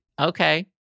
okay